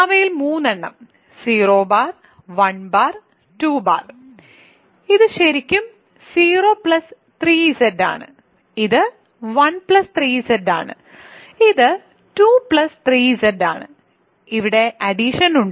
അവയിൽ 3 എണ്ണം 0 1 2 ഇത് ശരിക്കും 0 3Z ആണ് ഇത് 1 3Z ആണ് ഇത് 2 3Z ആണ് ഇവിടെ അഡിഷൻ ഉണ്ട്